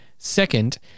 Second